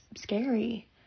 scary